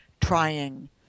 trying